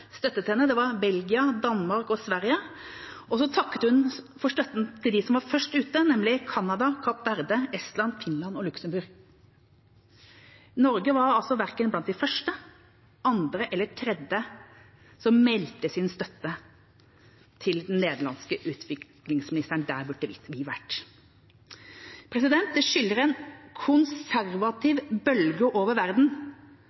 Det var Belgia, Danmark og Sverige, og så takket hun for støtten til dem som var først ute, nemlig Canada, Kapp Verde, Estland, Finland og Luxembourg. Norge var altså verken blant de første, andre eller tredje som meldte sin støtte til den nederlandske utviklingsministeren. Der burde vi vært. Det skyller en